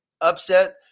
upset